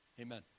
Amen